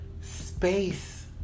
space